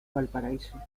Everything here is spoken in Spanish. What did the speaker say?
valparaíso